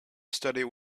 studied